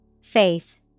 Faith